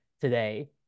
today